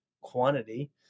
quantity